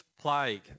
plague